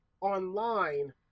online